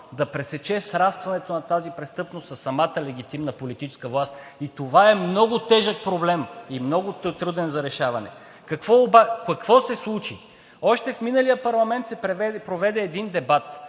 да пресече срастването на тази престъпност със самата легитимна политическа власт. Това е много тежък проблем и много труден за решаване. Какво се случи? Още в миналия парламент се проведе дебат.